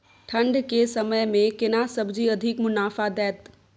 ठंढ के समय मे केना सब्जी अधिक मुनाफा दैत?